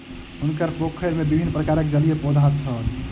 हुनकर पोखैर में विभिन्न प्रकारक जलीय पौधा छैन